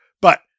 But-